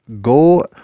go